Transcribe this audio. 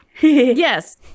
Yes